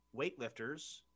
Weightlifters